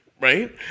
right